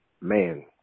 man